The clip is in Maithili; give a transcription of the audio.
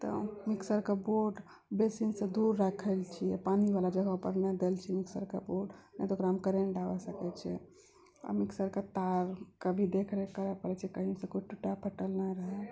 तऽ मिक्सरके बोर्ड बेसिनसँ दूर राखै छी पानिवला जगह पर नहि देल छी मिक्सरके बोर्ड नहि तऽ ओकरामे करेन्ट आबि सकै छै आओर मिक्सरके तारके भी देखरेख करै पड़े छै कहींसँ किछु टूटा फटल नहि रहै